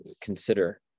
consider